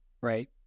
Right